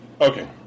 Okay